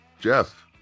Jeff